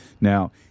Now